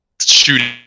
shooting